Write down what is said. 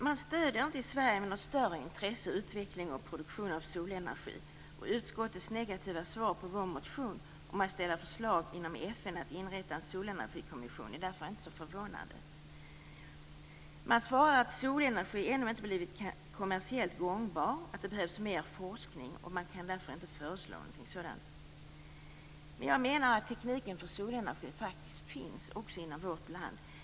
Man stöder inte i Sverige med något större intresse utveckling och produktion av solenergi. Utskottets negativa svar på vår motion om att lämna förslag om att inom FN inrätta en solenergikommission är därför inte så förvånande. Man svarar att solenergi ännu inte blivit kommersiellt gångbar och att det behövs mer forskning. Man kan därför inte föreslå någonting sådant. Men jag menar att det faktiskt finns teknik för solenergi, också inom vårt land.